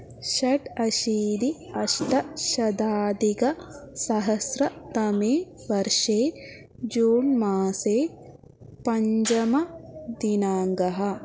षडशीतिः अष्टशताधिकसहस्रतमे वर्षे जून् मासे पञ्चमदिनाङ्कः